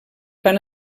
fan